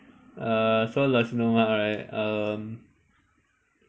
uh so nasi lemak right um